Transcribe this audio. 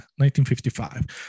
1955